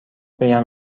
بگن